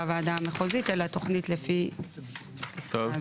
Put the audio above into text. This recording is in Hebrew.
הוועדה המחוזית אלא תוכנית לפי --- זו.